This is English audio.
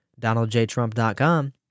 DonaldJTrump.com